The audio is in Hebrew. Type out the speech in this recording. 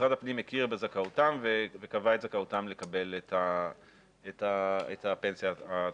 משרד הפנים הכיר בזכאותם וקבע את זכאותם לקבל הפנסיה התקציבית.